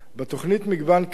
בתוכנית מגוון כלים,